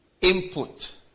input